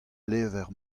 levr